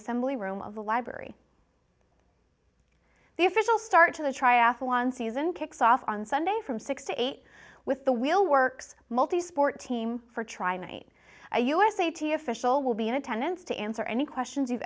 assembly room of the library the official start to the triathlon season kicks off on sunday from six to eight with the wheel works multi sport team for trying eight a u s eighty official will be in attendance to answer any questions you